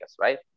right